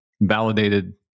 validated